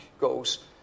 goes